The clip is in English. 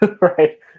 right